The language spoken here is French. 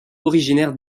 originaire